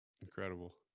incredible